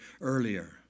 earlier